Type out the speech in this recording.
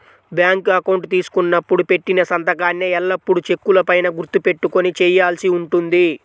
bank account తీసుకున్నప్పుడు పెట్టిన సంతకాన్నే ఎల్లప్పుడూ చెక్కుల పైన గుర్తు పెట్టుకొని చేయాల్సి ఉంటుంది